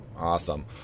Awesome